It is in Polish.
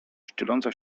ścieląca